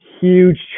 huge